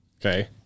Okay